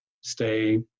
stay